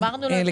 אמרנו לו.